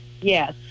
Yes